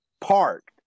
parked